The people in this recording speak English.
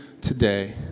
today